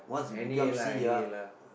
any lah any lah